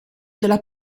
della